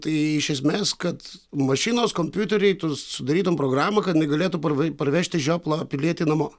tai iš esmės kad mašinos kompiuteriui tu sudarytum programą kad jinai galėtų parve parvežti žioplą pilietį namo